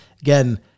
again